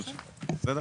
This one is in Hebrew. בסדר?